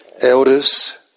elders